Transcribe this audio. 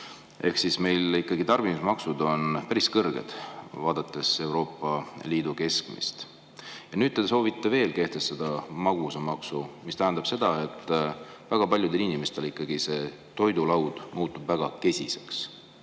et meil ikkagi tarbimismaksud on päris kõrged, võrreldes Euroopa Liidu keskmisega. Nüüd te soovite veel kehtestada magusamaksu, mis tähendab, et väga paljude inimeste toidulaud muutub väga kesiseks.